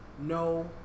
no